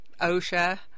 OSHA